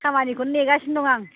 खामानिखौनो नेगासिनो दं आं